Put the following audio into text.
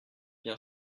bien